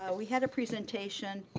we had a presentation